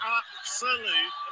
absolute